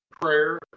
prayer